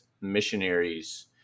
missionaries